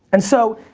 and so,